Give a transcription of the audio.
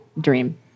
dream